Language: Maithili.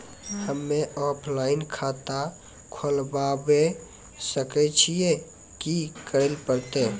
हम्मे ऑफलाइन खाता खोलबावे सकय छियै, की करे परतै?